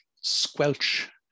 squelch